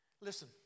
Listen